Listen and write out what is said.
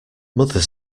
mother